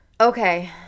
Okay